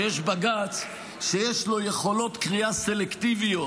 שיש בג"ץ שיש לו יכולות קריאה סלקטיביות,